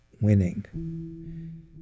winning